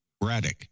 Braddock